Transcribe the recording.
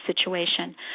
situation